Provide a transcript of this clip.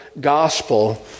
gospel